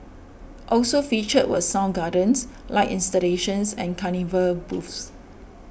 also featured were sound gardens light installations and carnival booths